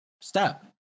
step